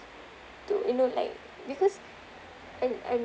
to you know like because I'm I'm